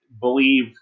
believe